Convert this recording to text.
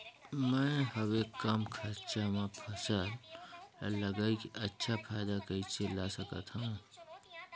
मैं हवे कम खरचा मा फसल ला लगई के अच्छा फायदा कइसे ला सकथव?